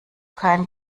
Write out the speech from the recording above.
kein